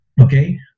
Okay